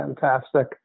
fantastic